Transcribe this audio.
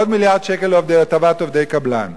עוד מיליארד שקל לטובת עובדי קבלן,